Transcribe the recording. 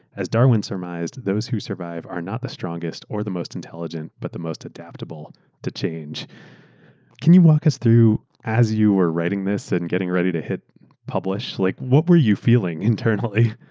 as darwin surmised, those who survive are not the strongest or the most intelligent, but the most adaptable to change. a can you walk us through as you were writing this and getting ready to hit publish, like what were you feeling internally?